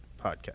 podcast